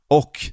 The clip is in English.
och